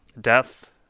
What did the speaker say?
death